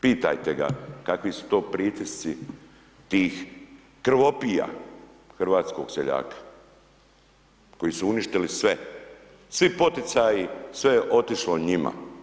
Pitajte ga kakvi su to pritisci tih krvopija hrvatskog seljaka koji su uništili sve, svi poticaji, sve je otišlo njima.